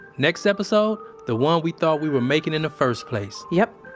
next episode, the one we thought we were making in the first place yep,